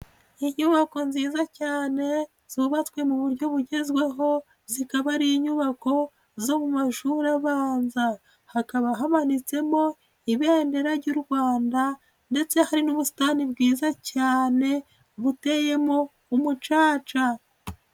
Inyubako nziza cyane zubatswe mu buryo bugezweho, zikaba ari inyubako zo mu mashuri abanza. Hakaba hamanitsemo Ibendera ry'u Rwanda ndetse hari n'ubusitani bwiza cyane, buteyemo umucaca.